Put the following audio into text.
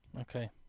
Okay